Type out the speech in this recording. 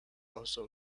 also